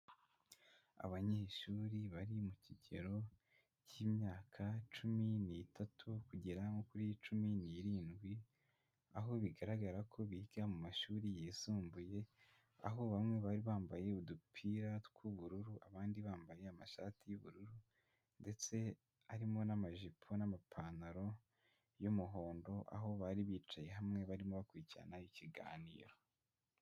Abanyeshuri bari mu kigero cy'imyaka cumi n'itatu kugera nko kuri cumi n'irindwi, aho bigaragara ko biga mu mashuri yisumbuye, aho bamwe bari bambaye udupira tw'ubururu, abandi bambaye amashati y'ubururu ndetse harimo n'amajipo n'amapantaro y'umuhondo, aho bari bicaye hamwe barimo bakurikirana ikiganiro.